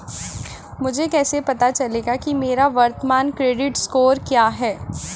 मुझे कैसे पता चलेगा कि मेरा वर्तमान क्रेडिट स्कोर क्या है?